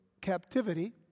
captivity